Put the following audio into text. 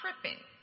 tripping